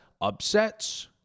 upsets